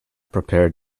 prepared